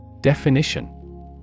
Definition